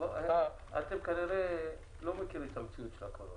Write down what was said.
אתם כנראה לא מכירים את מציאות הקורונה.